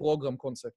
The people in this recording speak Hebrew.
program concept.